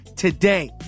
Today